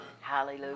Hallelujah